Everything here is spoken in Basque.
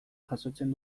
jasotzen